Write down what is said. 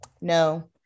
no